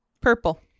Purple